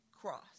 cross